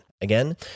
Again